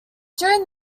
during